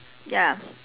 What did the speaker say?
ya